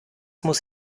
muss